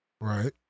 right